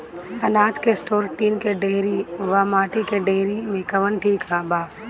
अनाज के store tin के डेहरी व माटी के डेहरी मे कवन ठीक बा?